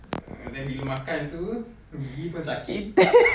err then bila makan itu gigi pun sakit